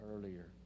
earlier